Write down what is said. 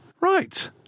Right